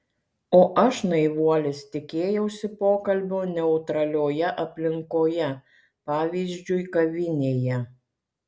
o aš naivuolis tikėjausi pokalbio neutralioje aplinkoje pavyzdžiui kavinėje